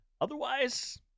Otherwise